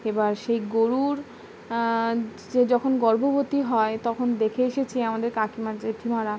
এবার সেই গরুর যে যখন গর্ভবতী হয় তখন দেখে এসেছি আমাদের কাকিমা জেঠিমারা